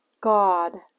God